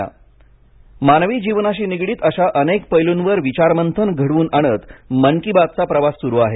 मन की बात मानवी जीवनाशी निगडित अशा अनेक पैलूंवर विचारमंथन घडवून आणत मन की बात चा प्रवास सुरू आहे